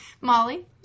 Molly